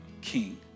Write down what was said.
king